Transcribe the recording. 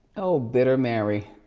oh, bitter mary.